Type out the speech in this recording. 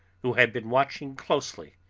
who had been watching closely,